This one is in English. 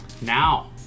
Now